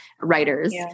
writers